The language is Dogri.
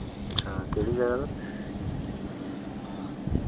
अच्छा केह्ड़ी जगह पर